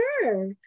sure